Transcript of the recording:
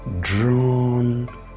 drawn